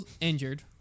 injured